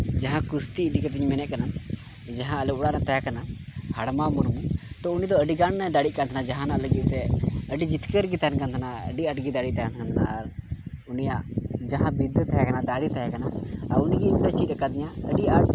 ᱡᱟᱦᱟᱸ ᱠᱩᱥᱛᱤ ᱤᱫᱤ ᱠᱟᱛᱤᱧ ᱢᱮᱱᱮᱫ ᱠᱟᱱᱟ ᱡᱟᱦᱟᱸ ᱟᱞᱮ ᱚᱲᱟᱜ ᱨᱮ ᱛᱟᱦᱮᱸ ᱠᱟᱱᱟ ᱦᱟᱲᱢᱟ ᱢᱩᱨᱢᱩ ᱛᱳ ᱩᱱᱤ ᱫᱚ ᱟᱹᱰᱤᱜᱟᱱᱮ ᱫᱟᱲᱮᱜ ᱠᱟᱱ ᱛᱟᱦᱮᱱᱟ ᱡᱟᱦᱟᱱᱟᱜ ᱞᱟᱹᱜᱤᱫ ᱥᱮ ᱟᱹᱰᱤ ᱡᱤᱛᱠᱟᱹᱨ ᱜᱮ ᱛᱟᱦᱮᱱ ᱠᱟᱱ ᱛᱟᱦᱮᱱᱟᱭ ᱟᱹᱰᱤ ᱟᱸᱴ ᱜᱮ ᱫᱟᱲᱮ ᱛᱟᱦᱮᱸ ᱠᱟᱱ ᱛᱟᱭᱟ ᱟᱨ ᱩᱱᱤᱭᱟᱜ ᱡᱟᱦᱟᱸ ᱵᱤᱫᱽᱫᱟᱹ ᱛᱟᱦᱮᱸ ᱠᱟᱱᱟ ᱫᱟᱲᱮ ᱛᱟᱦᱮᱸ ᱠᱟᱱᱟ ᱟᱨ ᱩᱱᱤᱜᱮ ᱤᱧᱫᱚᱭ ᱪᱮᱫ ᱠᱟᱹᱫᱤᱧᱟ ᱟᱹᱰᱤ ᱟᱸᱴ